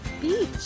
beach